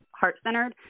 heart-centered